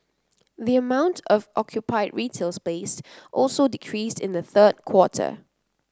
the amount of occupied retail space also decreased in the third quarter